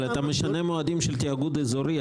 אבל אתה משנה מועדים של תאגוד אזורי,